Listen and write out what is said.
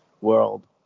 world